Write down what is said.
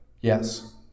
Yes